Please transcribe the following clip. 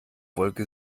wolke